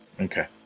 Okay